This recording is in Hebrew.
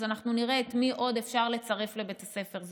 נראה את מי עוד אפשר לצרף לבית הספר.